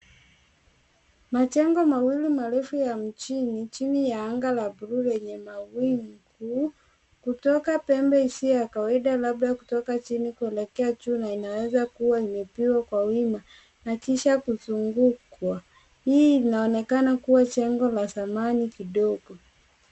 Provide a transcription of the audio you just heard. Majengo mawili marefu ya mjini chini ya anga la buluu lenye mawingu kutoka pembe isiyo ya kawaida labda kutoka pembe isiyo ya kawaida labda chini kuelekea juu na inaweza kuwa imepigwa kwa wima na kisha kuzungukwa. Hii inaonekana kuwa jengo la zamani kidogo.